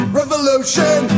revolution